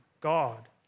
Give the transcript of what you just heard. God